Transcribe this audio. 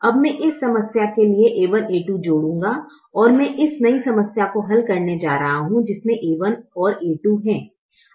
अब मैं इस समस्या के लिए a1 a2 जोड़ूंगा और मैं इस नई समस्या को हल करने जा रहा हु जिसमें a1 और a2 है